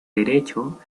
derecho